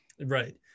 Right